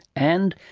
and,